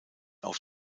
auf